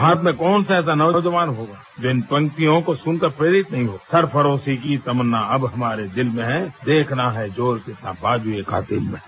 भारत में ऐसा कौन सा नौजवान होगा जो इन पंक्तियों को सुनकर प्रेरित नहीं हो सरफरोशी की तमन्ना अब हमारे दिल में है देखना है जोर कितना बाज़्ए कातिल में है